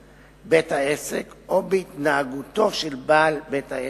בית-העסק או בהתנהגותו של בעל בית-העסק,